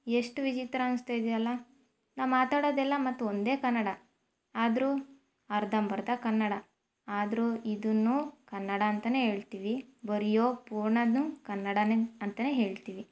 ಎಷ್ಟು ವಿಚಿತ್ರ ಅನಿಸ್ತಾಯಿದೆ ಅಲ್ಲಾ ನಾ ಮಾತಾಡೋದೆಲ್ಲ ಮತ್ತೆ ಒಂದೇ ಕನ್ನಡ ಆದರೂ ಅರ್ಧಂಬರ್ಧ ಕನ್ನಡ ಆದ್ರೂ ಇದನ್ನೂ ಕನ್ನಡ ಅಂತಲೇ ಹೇಳ್ತಿವಿ ಬರೆಯೋ ಪೂರ್ಣನೂ ಕನ್ನಡ ಅಂತಲೇ ಹೇಳ್ತೀವಿ